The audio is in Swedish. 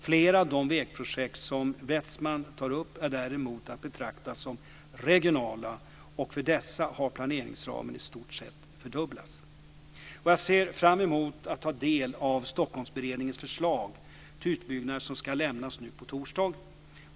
Flera av de vägobjekt som Westman tar upp är däremot att betrakta som regionala och för dessa har planeringsramen i stort sett fördubblats. Jag ser fram emot att ta del av Stockholmsberedningens förslag till utbyggnader som ska lämnas nu på torsdag.